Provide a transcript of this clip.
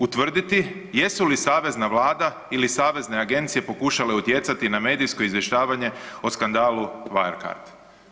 Utvrditi jesu li savezna Vlada ili savezne agencije pokušale utjecati na medijsko izvještavanje o skandalu Wirecard.